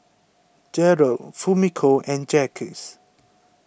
Gearld Fumiko and Jacques